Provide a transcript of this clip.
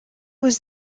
was